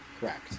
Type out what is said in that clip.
Correct